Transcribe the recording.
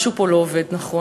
משהו פה לא עובד נכון.